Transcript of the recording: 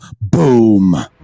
boom